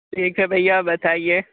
ठीक है भैया बताइए